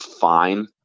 fine